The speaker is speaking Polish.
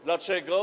Dlaczego?